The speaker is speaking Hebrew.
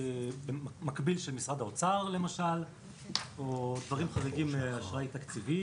מקביל של משרד האוצר או דברים חריגים תקציביים.